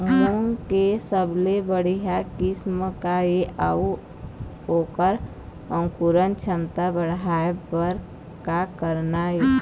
मूंग के सबले बढ़िया किस्म का ये अऊ ओकर अंकुरण क्षमता बढ़ाये बर का करना ये?